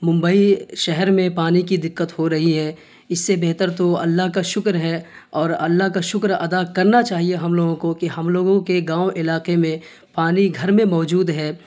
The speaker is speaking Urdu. ممبئی شہر میں پانی کی دقت ہو رہی ہے اس سے بہتر تو اللہ کا شکر ہے اور اللہ کا شکر ادا کرنا چاہیے ہم لوگوں کو کہ ہم لوگوں کے گاؤں علاقے میں پانی گھر میں موجود ہے